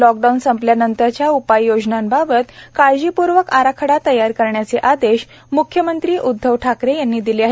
lockdown संपल्यानंतरच्या उपाययोजनांबाबत काळजीपर्वक आराखडा तयार करण्याचे आदेश मख्यमंत्री उद्धव ठाकरे यांनी दिले आहेत